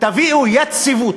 תביאו יציבות.